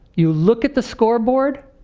you look at the scoreboard,